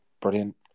brilliant